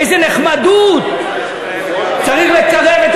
חברת הכנסת עליזה לביא, את, בשביל דקלרציה.